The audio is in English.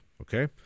Okay